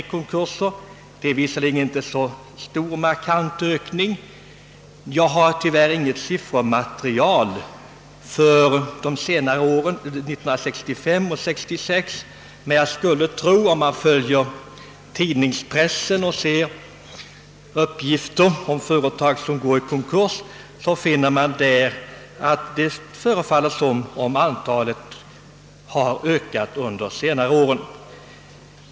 Ökningen är visserligen inte så markant men tyvärr har jag inget siffermaterial för åren 1965 och 1966 — men när man i tidningspressen följer uppgifter om företag som går i konkurs förefaller det som om antalet har ökat under de senaste åren.